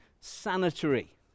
sanitary